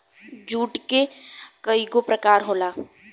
जुट के कइगो प्रकार होला